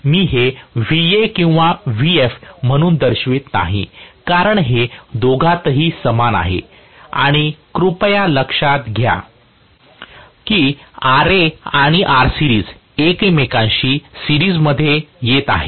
मी हे Vaकिंवा Vf म्हणून दर्शवित नाही कारण हे दोघांतही समान आहेत आणि कृपया लक्षात घ्या की Ra आणि Rseries एकमेकांशी सिरीज मध्ये येत आहेत